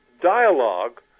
dialogue